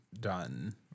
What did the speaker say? done